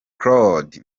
claude